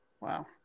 wow